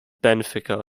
benfica